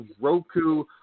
Roku